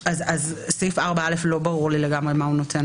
כך שלא ברור לי לגמרי מה סעיף 4(א) נותן,